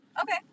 Okay